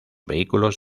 vehículos